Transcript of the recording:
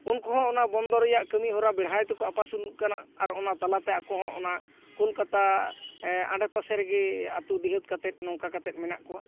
ᱩᱱᱠᱩ ᱦᱚᱸ ᱚᱱᱟ ᱵᱚᱱᱫᱚᱨ ᱨᱮᱭᱟᱜ ᱠᱟᱹᱢᱤ ᱦᱚᱨᱟ ᱵᱮᱲᱦᱟᱭ ᱛᱮ ᱠᱚ ᱟᱯᱟᱥᱩᱞᱩᱜ ᱠᱟᱱᱟ ᱟᱨ ᱚᱱᱟ ᱛᱟᱞᱟᱛᱮ ᱟᱠᱚ ᱦᱚᱸ ᱚᱱᱟ ᱠᱳᱞᱠᱟᱛᱟ ᱟᱲᱮᱯᱟᱥᱮ ᱨᱮᱜᱮ ᱟᱹᱛᱩ ᱰᱤᱦᱟᱹᱛ ᱠᱟᱛᱮᱫ ᱱᱚᱝᱠᱟ ᱠᱟᱛᱮᱫ ᱢᱮᱱᱟᱜ ᱠᱚᱣᱟ